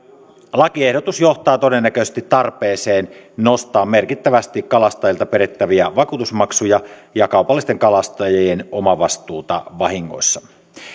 lakiehdotus johtaa todennäköisesti tarpeeseen nostaa merkittävästi kalastajilta perittäviä vakuutusmaksuja ja kaupallisten kalastajien omavastuuta vahingoista